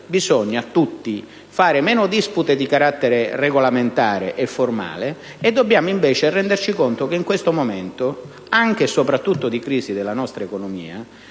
bisogna tutti fare meno dispute di carattere regolamentare e formale e invece renderci conto che in questo momento, anche e soprattutto di crisi della nostra economia,